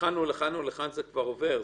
לכאן או לכאן, זה כבר עובר.